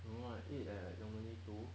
no I eat at normally two